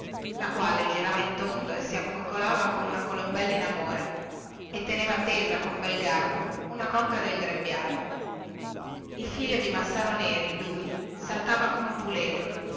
la quale girava in tondo e si accoccolava come una colombella sulle tegole e teneva tesa con bel garbo una cocca del grembiale e il figlio di massaro neri saltava come un puledro